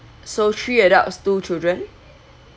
so three adults two children